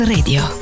Radio